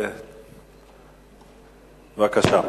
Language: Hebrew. בבקשה.